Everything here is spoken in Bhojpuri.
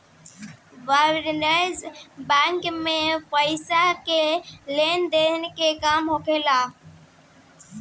वाणिज्यक बैंक मे पइसा के लेन देन के काम होला